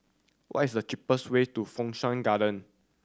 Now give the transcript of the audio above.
what is the cheapest way to Fu Shan Garden